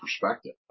perspective